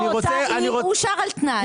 הוא אושר על תנאי.